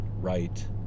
right